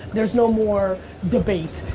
there's no more debate,